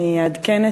אני אעדכן,